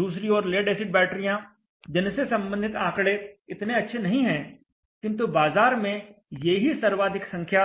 दूसरी ओर lead acid बैटरियाँ जिनसे संबंधित आंकड़े इतने अच्छे नहीं है किंतु बाजार में ये ही सर्वाधिक संख्या